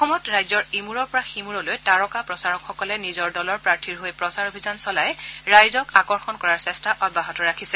অসমত ৰাজ্যৰ ইমূৰৰ পৰা সিমূৰলৈ তাৰকা প্ৰচাৰকসকলে নিজৰ দলৰ প্ৰাৰ্থিৰ হৈ প্ৰচাৰ অভিযান চলাই ৰাইজক আকৰ্ষণ কৰাৰ চেষ্টা অব্যাহত ৰাখিছে